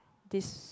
this